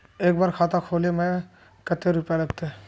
एक बार खाता खोले में कते रुपया लगते?